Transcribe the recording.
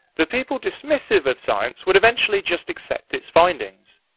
the people dismissive of science would eventually just accept its findings.